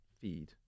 feed